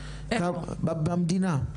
במדינה?